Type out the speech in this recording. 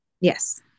Yes